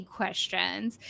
questions